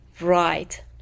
right